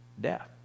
Death